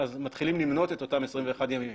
מתחילים למנות את אותם 21 ימים.